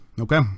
Okay